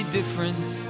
different